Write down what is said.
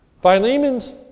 Philemon's